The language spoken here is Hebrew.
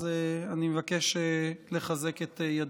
אז אני מבקש לחזק את ידיך.